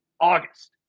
August